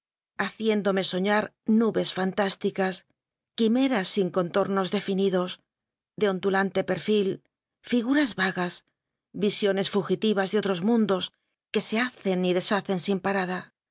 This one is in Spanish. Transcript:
haciéndome soñar nubes fantásticas quimeras sin contornos definidos de ondulante perfil figuras vagas visiones fugitivas de otros mundos que se hacen y deshacen sin parada